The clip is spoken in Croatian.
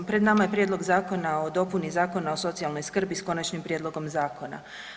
Pred nama je prijedlog zakona o dopuni Zakona o socijalnoj skrbi sa konačnim prijedlogom zakona.